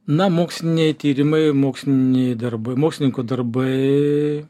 na moksliniai tyrimai moksliniai darbai mokslininkų darbai